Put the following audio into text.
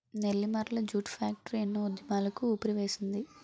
Nellimarla jute factory ఎన్నో ఉద్యమాలకు ఊపిరివేసింది